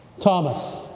Thomas